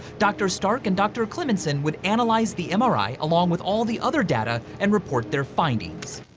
dr. stark and dr. clemenson would analyze the mri along with all the other data and report their findings.